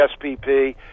SPP